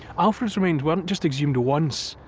alfred's remains weren't just exhumed once,